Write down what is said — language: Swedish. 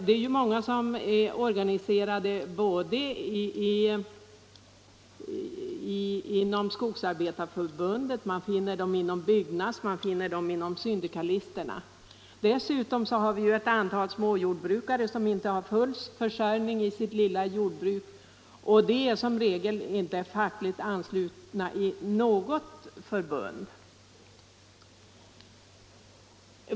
Det är många som är organiserade inom Skogsarbetareförbundet, inom Byggnads och hos syndikalisterna. Dessutom finns ett antal småjordbrukare som inte har full försörjning av sitt lilla jordbruk. De är som regel inte anslutna till något förbund.